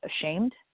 ashamed